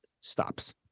stops